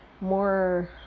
more